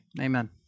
Amen